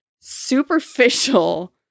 superficial